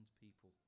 people